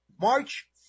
March